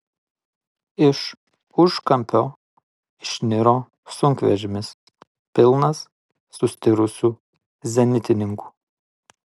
iš užkampio išniro sunkvežimis pilnas sustirusių zenitininkų